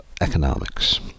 economics